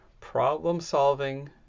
problem-solving